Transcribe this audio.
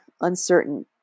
uncertain